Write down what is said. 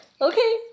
Okay